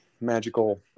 magical